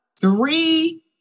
three